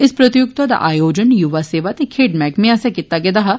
इस प्रतियोगिता दा आयोजन युवा सेवा ते खेड मैहकमें आस्सेआ कीता गेदा हा